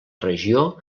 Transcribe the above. regió